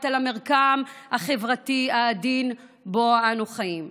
על המרקם החברתי העדין שבו אנו חיים,